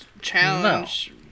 challenge